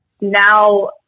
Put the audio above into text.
now